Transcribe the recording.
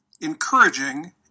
encouraging